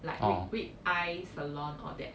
like rib rib-eye sirloin all that